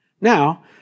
Now